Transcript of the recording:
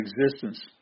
existence